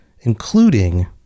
including